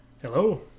Hello